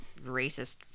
racist